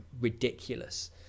ridiculous